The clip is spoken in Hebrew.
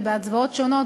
ובהצבעות שונות,